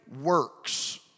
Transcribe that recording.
works